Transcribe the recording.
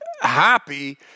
happy